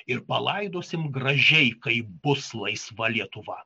ir palaidosime gražiai kai bus laisva lietuva